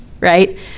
right